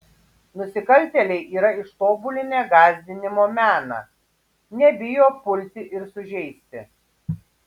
nusikaltėliai yra ištobulinę gąsdinimo meną nebijo pulti ir sužeisti